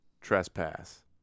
Trespass